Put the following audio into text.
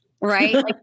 right